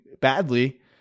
badly